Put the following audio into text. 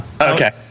Okay